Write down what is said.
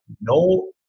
no